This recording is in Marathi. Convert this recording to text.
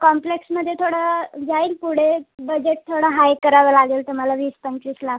कॉम्प्लेक्समध्ये थोडं जाईल पुढे बजेट थोडं हाय करावं लागेल तुम्हाला वीस पंचवीस लाख